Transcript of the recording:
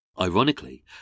Ironically